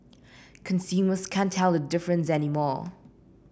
consumers can't tell the difference anymore